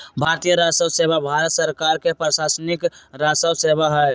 भारतीय राजस्व सेवा भारत सरकार के प्रशासनिक राजस्व सेवा हइ